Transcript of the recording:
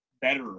better